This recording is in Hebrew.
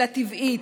אלא טבעית.